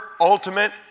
ultimate